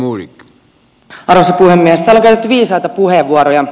täällä on käytetty viisaita puheenvuoroja